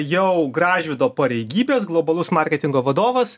jau gražvydo pareigybės globalus marketingo vadovas